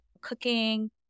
cooking